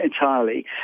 entirely